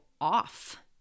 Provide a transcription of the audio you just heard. off